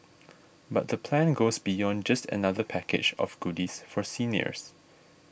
but the plan goes beyond just another package of goodies for seniors